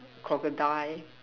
crocodile